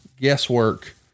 guesswork